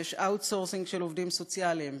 ויש outsourcing של עובדים סוציאליים,